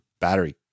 battery